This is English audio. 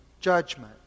judgment